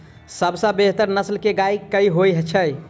सबसँ बेहतर नस्ल केँ गाय केँ होइ छै?